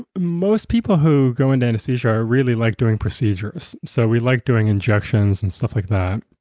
most people who go into anesthesia really like doing procedures. so we like doing injections and stuff like that.